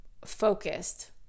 focused